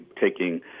taking